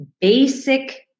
basic